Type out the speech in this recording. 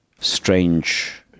strange